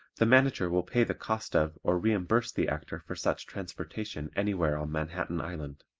the manager will pay the cost of or reimburse the actor for such transportation anywhere on manhattan island.